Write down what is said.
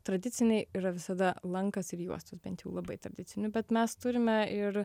tradiciniai yra visada lankas ir juostos bent jau labai tradicinių bet mes turime ir